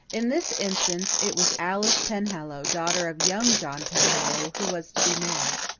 in this instance it was alice penhallow, daughter of young john penhallow, who was to be married.